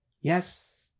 Yes